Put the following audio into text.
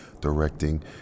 directing